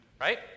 Right